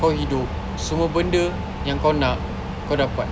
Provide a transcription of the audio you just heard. kau hidup semua benda yang kau nak kau dapat